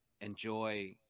enjoy